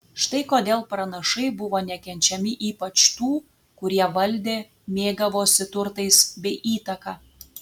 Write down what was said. štai kodėl pranašai buvo nekenčiami ypač tų kurie valdė mėgavosi turtais bei įtaka